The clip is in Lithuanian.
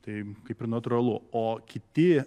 taip kaip ir natūralu o kiti